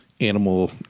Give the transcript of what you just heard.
animal